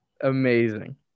Amazing